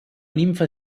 nimfa